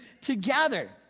together